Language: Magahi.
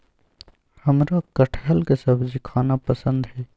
हमरा कठहल के सब्जी खाना पसंद हई